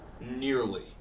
nearly